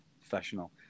professional